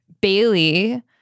Bailey